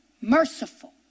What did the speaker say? merciful